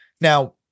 Now